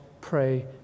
pray